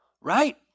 right